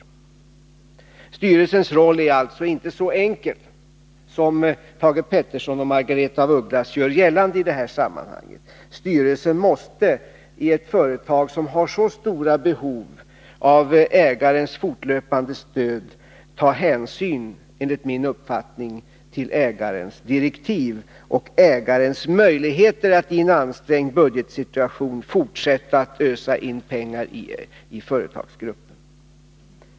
Styrelsens roll är alltså inte så enkel som Thage Peterson och Margaretha af Ugglas gör gällande. I ett företag som har så stora behov av ägarens fortlöpande stöd måste styrelsen enligt min uppfattning ta hänsyn till ägarens direktiv och ägarens begränsade möjligheter att i en ansträngd budgetsituation fortsätta att ösa in pengar i företagsgruppen.